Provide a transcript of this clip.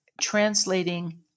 translating